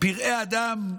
פראי אדם,